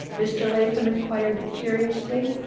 mr. latham inquired curiously.